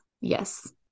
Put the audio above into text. Yes